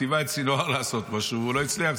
ציווה את סנוואר לעשות משהו והוא לא הצליח,